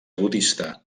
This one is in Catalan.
budista